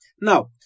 now